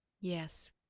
Yes